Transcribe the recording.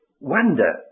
wonder